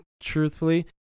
truthfully